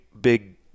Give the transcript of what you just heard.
big